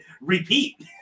repeat